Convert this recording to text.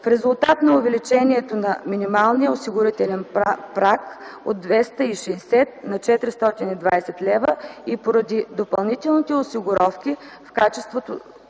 в резултат на увеличението на минималния осигурителен праг от 260 на 420 лв., и поради допълнителните осигуровки в качеството